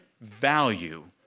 value